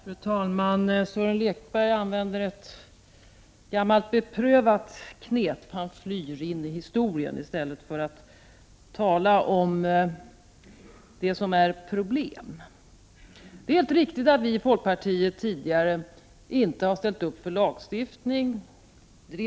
Fru talman! Sören Lekberg använder ett gammalt beprövat knep — han flyr ini historien i stället för att tala om det som är problem. Det är helt riktigt att vi i folkpartiet tidigare inte har ställt upp för lagstiftning.